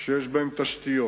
שיש בהם תשתיות,